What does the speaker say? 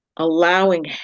allowing